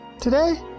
Today